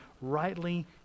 rightly